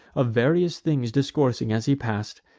of various things discoursing as he pass'd,